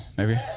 maybe,